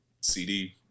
CD